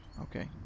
Okay